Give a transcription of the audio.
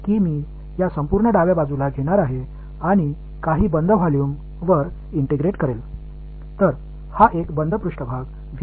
இப்போது நான் என்ன செய்யப் போகிறேன் என்றால் இந்த முழு இடது பக்கத்தையும் எடுத்து சில மூடிய வால்யும் உடன் இன்டெக்ரேட் செய்யப் போகிறேன்